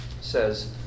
says